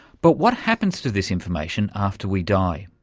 but what happens to this information after we die?